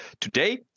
Today